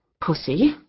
pussy